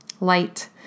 light